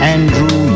Andrew